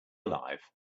alive